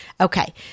Okay